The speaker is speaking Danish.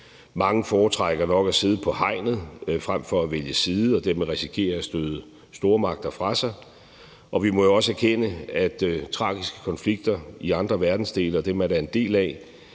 Mange foretrækker nok at sidde på hegnet frem for at vælge side og dermed risikere at støde stormagter fra sig. Vi må jo også erkende, at tragiske konflikter i andre verdensdele, og dem er